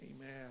Amen